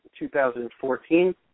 2014